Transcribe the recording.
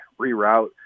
reroute